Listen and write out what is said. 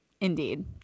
indeed